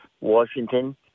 Washington